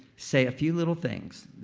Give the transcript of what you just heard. say a few little things.